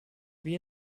wie